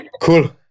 Cool